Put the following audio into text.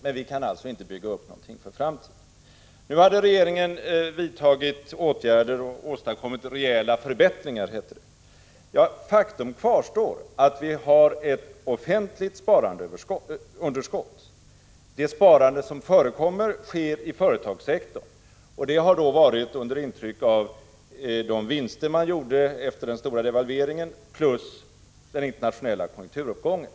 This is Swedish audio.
Men vi kan alltså inte bygga upp någonting för framtiden. Regeringen har vidtagit åtgärder och åstadkommit rejäla förbättringar, hette det. Faktum kvarstår: vi har ett offentligt sparandeunderskott. Det sparande som förekommer sker inom företagssektorn, och det till följd av de vinster man gjorde efter den stora devalveringen samt den internationella konjunkturuppgången.